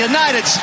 United